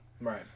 Right